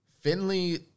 Finley